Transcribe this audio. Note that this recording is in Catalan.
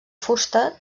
fusta